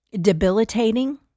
debilitating